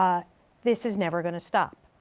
um this is never gonna stop.